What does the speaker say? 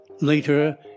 Later